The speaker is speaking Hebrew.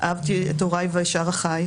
אהבתי את הוריי ושאר אחיי,